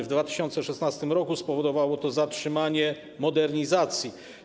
W 2016 r. spowodowało to zatrzymanie modernizacji.